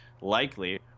likely